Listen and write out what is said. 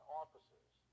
officers